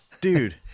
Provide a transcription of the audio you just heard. dude